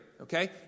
Okay